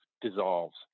dissolves